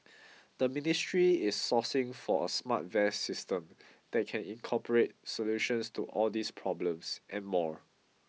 the ministry is sourcing for a smart vest system that can incorporate solutions to all these problems and more